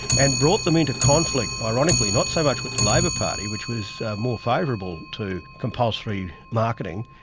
and brought them into conflict ironically not so much with the labor party, which was more favourable to compulsory marketing,